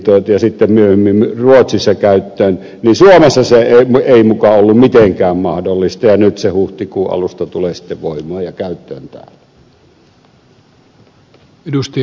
ja sitten myöhemmin ruotsissa käyttöön niin suomessa se ei muka ollut mitenkään mahdollista ja nyt se huhtikuun alusta tulee sitten voimaan ja käyttöön täällä